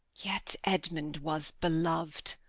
yet edmund was belov'd.